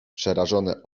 przerażone